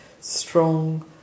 strong